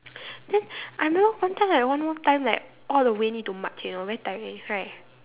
then I remember one time like one more time like all the way need to march you know very tiring right